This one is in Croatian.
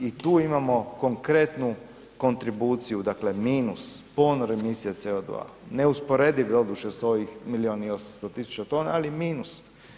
I tu imamo konkretnu kontribuciju, dakle minus, ponos emisija CO2, neusporediv doduše s ovih milijun i 800 000 tona ali minus.